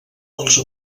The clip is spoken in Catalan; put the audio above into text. dels